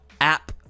app